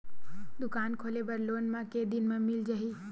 दुकान खोले बर लोन मा के दिन मा मिल जाही?